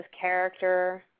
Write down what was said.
character